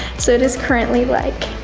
so it is currently like